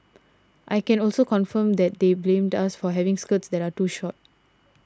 I can also confirm that they blamed us for having skirts that are too short